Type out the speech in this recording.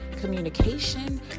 communication